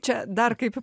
čia dar kaip